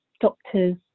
doctors